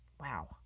Wow